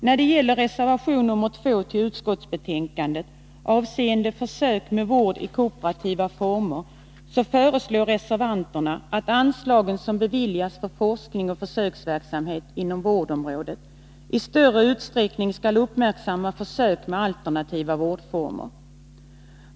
När det gäller reservation nr 2 till utskottsbetänkandet avseende försök med vård i kooperativa former föreslår reservanterna att man, när man beviljar anslag för forskning och försöksverksamhet inom vårdområdet, i större utsträckning skall uppmärksamma försök med alternativa vårdformer.